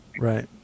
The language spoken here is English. Right